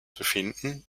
befinden